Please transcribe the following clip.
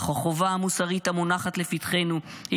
אך החובה המוסרית המונחת לפתחנו היא